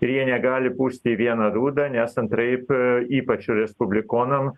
ir jie negali pūsti į vieną dūdą nes antraip ypač respublikonam